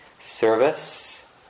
Service